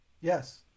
Yes